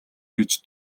гэж